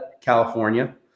California